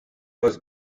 was